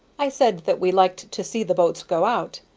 i said that we liked to see the boats go out,